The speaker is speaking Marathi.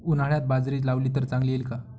उन्हाळ्यात बाजरी लावली तर चांगली येईल का?